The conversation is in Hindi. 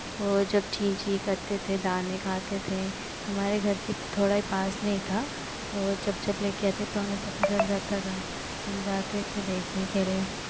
वो जब चीं चीं करते थे दाने खाते थे हमारे घर के थोड़ा ही पास में ही था ओ जब जब ले के आते तो हमें पता चल जाता था हम जाते थे देखने के लिए